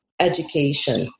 education